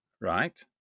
right